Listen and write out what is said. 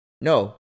no